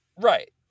Right